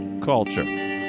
Culture